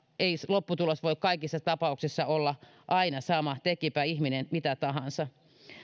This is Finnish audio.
ei lopputulos voi kaikissa tapauksissa olla aina sama tekipä ihminen mitä tahansa